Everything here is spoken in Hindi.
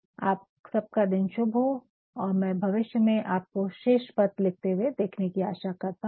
आप सबका दिन शुभ हो और मैं भविष्य में आपको श्रेष्ट पत्र लिखते हुए देखने की आशा करता हूँ